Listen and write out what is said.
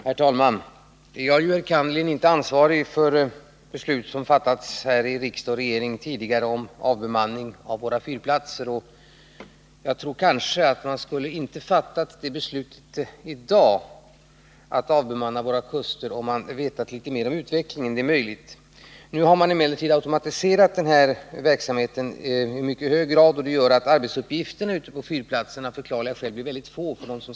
Herr talman! Jag är ju inte ansvarig för beslut som tidigare har fattats i riksdagen och regeringen om avbemanning av våra fyrplatser. Hade man vetat litet mer om utvecklingen skulle man i dag kanske inte ha fattat beslut om avbemanning av fyrar vid våra kuster. Nu har man emellertid i mycket hög grad automatiserat verksamheten, vilket gör att arbetsuppgifterna på fyrplatserna av förklarliga skäl blir mycket få.